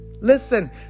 Listen